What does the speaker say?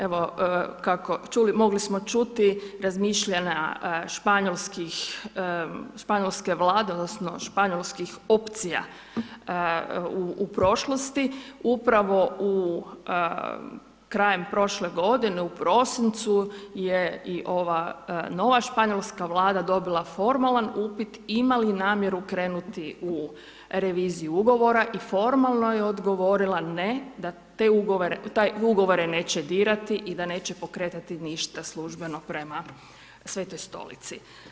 Evo mogli smo čuti razmišljanja španjolske Vlade odnosno španjolskih opcija u prošlosti, upravo krajem prošle godine u prosincu je i ova nova španjolska Vlada dobila formalan upit ima li namjeru krenuti u reviziju ugovora i formalno je odgovorila ne, da te ugovore neće dirati i da neće pokretati ništa službeno prema Svetoj Stolici.